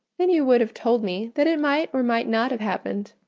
then you would have told me, that it might or might not have happened.